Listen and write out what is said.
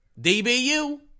DBU